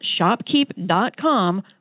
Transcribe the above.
shopkeep.com